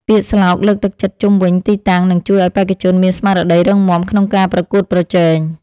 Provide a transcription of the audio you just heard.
ពាក្យស្លោកលើកទឹកចិត្តជុំវិញទីតាំងនឹងជួយឱ្យបេក្ខជនមានស្មារតីរឹងមាំក្នុងការប្រកួតប្រជែង។